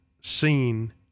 seen